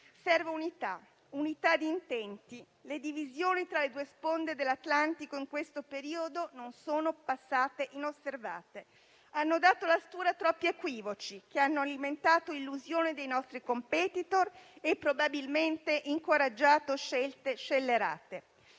serve unità di intenti. Le divisioni tra le due sponde dell'Atlantico in questo periodo non sono passate inosservate; hanno dato la stura a troppi equivoci, che hanno alimentato l'illusione dei nostri competitor e probabilmente incoraggiato scelte scellerate.